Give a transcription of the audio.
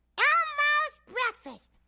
elmo's breakfast